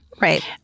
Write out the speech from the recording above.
Right